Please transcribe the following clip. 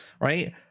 right